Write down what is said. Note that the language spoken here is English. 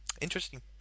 Interesting